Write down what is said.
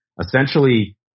Essentially